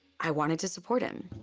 i wanted to support him.